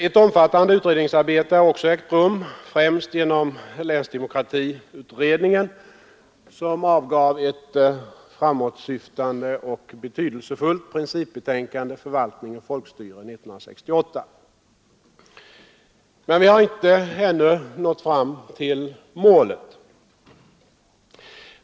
Ett omfattande utredningsarbete har också ägt rum, främst genom länsdemokratiutredningen som 1968 avgav ett framåtsyftande och betydelsefullt principbetänkande, Förvaltning och folkstyrelse. Men vi har inte ännu nått fram till målet.